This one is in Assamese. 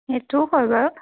সেইটো হয় বাৰু